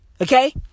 Okay